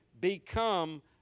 become